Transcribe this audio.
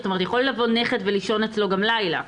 יכול לבוא נכד ולישון אצלו גם לילה.